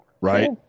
right